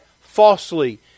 falsely